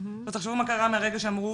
תחשבו מה קרה מהרגע שאמרו,